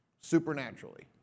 supernaturally